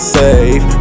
safe